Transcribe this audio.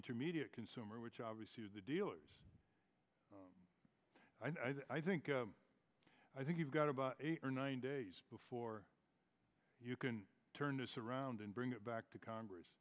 intermediate consumer which obviously the dealers i think i think you've got about eight or nine days before you can turn this around and bring it back to congress